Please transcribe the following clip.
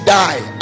die